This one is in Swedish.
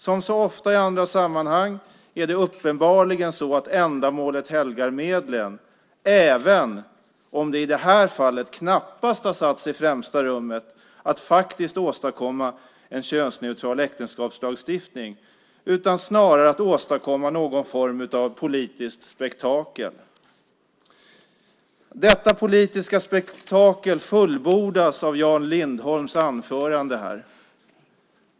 Som så ofta i andra sammanhang är det uppenbarligen så att ändamålet helgar medlen, även om det i det här fallet knappast har satts i främsta rummet att faktiskt åstadkomma en könsneutral äktenskapslagstiftning utan snarare att åstadkomma någon form av politiskt spektakel. Detta politiska spektakel fullbordas av Jan Lindholms anförande här.